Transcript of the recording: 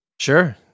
sure